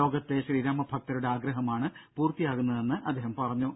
ലോകത്തെ ശ്രീരാമഭക്തരുടെ ആഗ്രഹമാണ് പൂർത്തിയാകുന്നതെന്ന് അദ്ദേഹം പറഞ്ഞു